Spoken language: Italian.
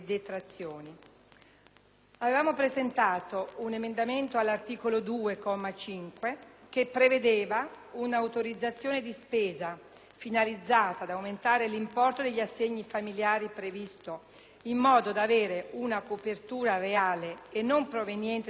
Avevamo presentato un emendamento all'articolo 2, comma 5, che prevedeva un'autorizzazione di spesa finalizzata ad aumentare l'importo degli assegni familiari previsto, in modo da avere una copertura reale e non proveniente dall'eventuale risparmio